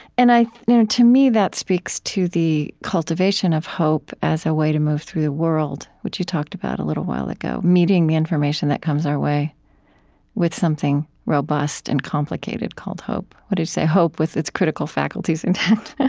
and you know to me that speaks to the cultivation of hope as a way to move through the world, which you talked about a little while ago, meeting the information that comes our way with something robust and complicated called hope. what did you say? hope with its critical faculties intact